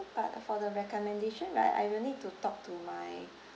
but for the recommendation right I will need to talk to my